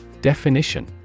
Definition